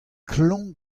klañv